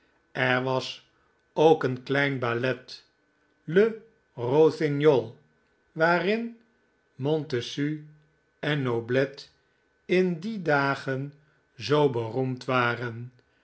er was ook een klein ballet le rossignol waarin montessu en noblet in die dagen zoo beroemd waren